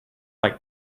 like